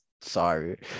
sorry